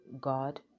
God